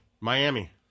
Miami